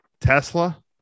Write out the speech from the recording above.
tesla